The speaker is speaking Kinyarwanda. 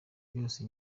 byose